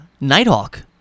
Nighthawk